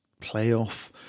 playoff